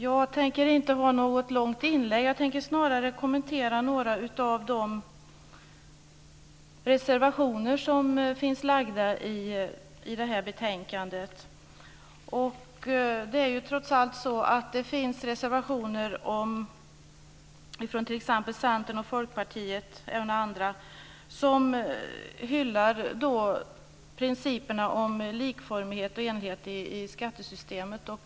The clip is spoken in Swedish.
Jag tänker inte göra något långt inlägg utan snarare bara kommentera några av de reservationer som finns i betänkandet. Det finns t.ex. reservationer från Centern och Folkpartiet som hyllar principerna om likformighet och enhetlighet i skattesystemet.